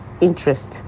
interest